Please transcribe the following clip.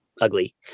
ugly